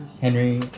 Henry